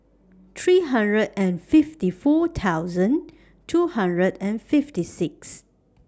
three hundred and fifty four thousand two hundred and fifty six